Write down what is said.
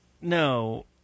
No